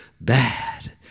bad